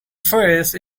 face